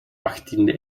achttiende